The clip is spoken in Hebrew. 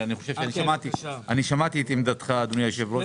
אני שמעתי את עמדתך אדוני היושב ראש